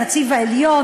הנציב העליון,